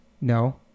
No